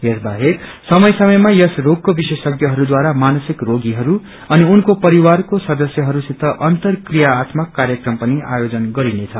यस बाहेक समय समयमा यस रोगको विशेषज्ञहरूद्वारा मानसिक रोगीहरू अनि उनको परिवारको सदस्यहरूसित अन्तर क्रियान्तमक कार्यक्रम पनि आयोजन गरिनेछ